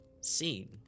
scene